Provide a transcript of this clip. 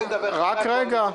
אני מדבר --- רק רגע.